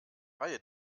reihe